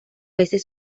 veces